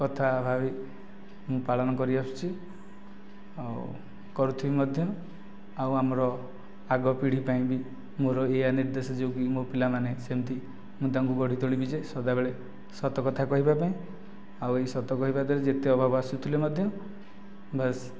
କଥା ଭାବି ମୁଁ ପାଳନ କରି ଆସୁଛି ଆଉ କରୁଥିବି ମଧ୍ୟ ଆଉ ଆମର ଆଗ ପିଢ଼ି ପାଇଁ ବି ମୋର ଏଇଆ ନିର୍ଦ୍ଦେଶ ଯେ କି ମୋ ପିଲାମାନେ ସେମିତି ମୁଁ ତାଙ୍କୁ ଗଢ଼ି ତୋଳିବି ଯେ ସଦାବେଳେ ସତ କଥା କହିବା ପାଇଁ ଆଉ ଏ ସତ କହିବା ଦ୍ୱାରା ଯେତେ ଅଭାବ ଆସୁଥିଲେ ମଧ୍ୟ ବାସ